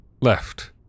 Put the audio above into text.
Left